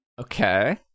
Okay